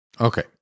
Okay